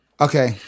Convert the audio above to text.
Okay